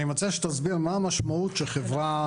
אני מציע שתסביר מה המשמעות שחברה